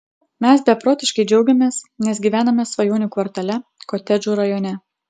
mes beprotiškai džiaugiamės nes gyvename svajonių kvartale kotedžų rajone